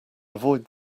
avoid